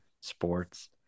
sports